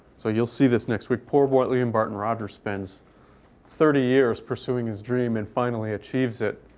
so you'll see this next week. poor william barton rogers spends thirty years pursuing his dream and finally achieves it.